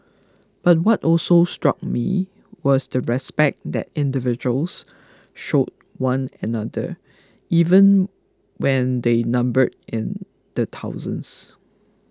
but what also struck me was the respect that individuals showed one another even when they numbered in the thousands